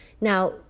Now